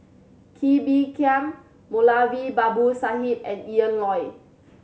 Kee Bee Khim Moulavi Babu Sahib and Ian Loy